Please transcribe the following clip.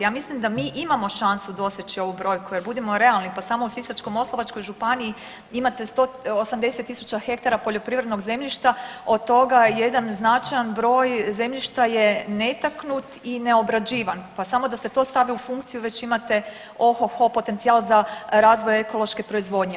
Ja mislim da mi imamo šansu doseći ovu brojku jer budimo realni pa samo u Sisačko-moslavačkoj županiji imate 180.000 hektara poljoprivrednog zemljišta, od toga jedan značajan broj zemljišta je netaknut i neobrađivan, pa samo da se to stavi u funkciju već imate ohoho potencijal za razvoj ekološke proizvodnje.